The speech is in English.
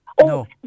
No